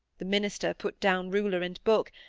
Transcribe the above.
the minister put down ruler and book,